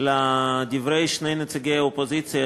לדברי שני נציגי האופוזיציה,